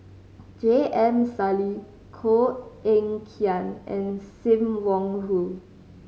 J M Sali Koh Eng Kian and Sim Wong Hoo